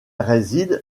réside